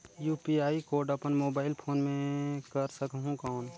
UPI code अपन mobile phone मे कर सकहुं कौन?